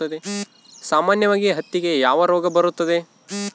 ಸಾಮಾನ್ಯವಾಗಿ ಹತ್ತಿಗೆ ಯಾವ ರೋಗ ಬರುತ್ತದೆ?